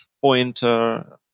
pointer